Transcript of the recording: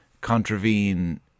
contravene